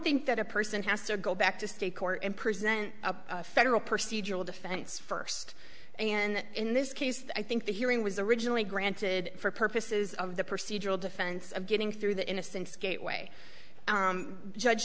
think that a person has to go back to state court and present a federal procedural defense first and in this case i think the hearing was originally granted for purposes of the procedural defense of getting through the innocence gateway judge